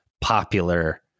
popular